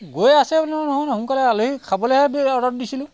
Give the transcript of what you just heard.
গৈ আছে নহয় নহয় সোনকালে আলহী খাবলৈহে অৰ্ডাৰটো দিছিলো